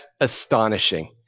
astonishing